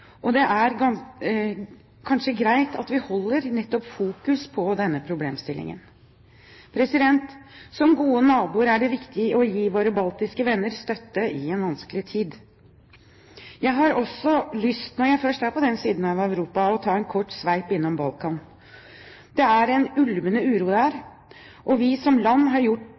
og det er kanskje greit at vi holder fokus nettopp på denne problemstillingen. Som gode naboer er det viktig å gi våre baltiske venner støtte i en vanskelig tid. Når jeg først er på den siden av Europa, har jeg lyst til å ta en kort sveip innom Balkan. Det er en ulmende uro der, og vi som land har til nå gjort